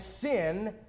sin